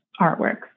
artworks